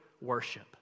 worship